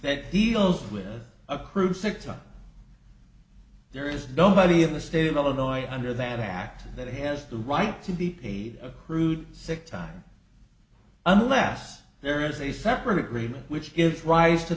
that deals with accrued six up there is nobody in the state of illinois under that act that has the right to be paid a crude sick time unless there is a separate remit which gives rise to